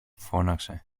φώναξε